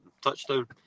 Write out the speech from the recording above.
touchdown